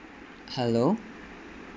hello